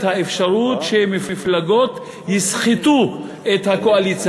האפשרות שמפלגות יסחטו את הקואליציה.